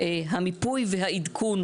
המיפוי והעדכון,